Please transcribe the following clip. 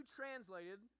translated